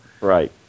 Right